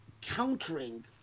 countering